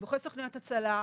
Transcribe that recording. דיווחי סוכנויות הצלה,